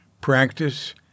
practice